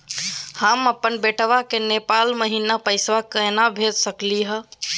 हम अपन बेटवा के नेपाल महिना पैसवा केना भेज सकली हे?